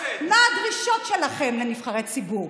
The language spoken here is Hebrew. מה הדרישות שלכם לנבחרי ציבור?